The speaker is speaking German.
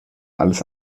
alles